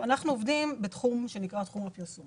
אנחנו עובדים בתחום הפרסום